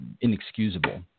inexcusable